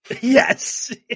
Yes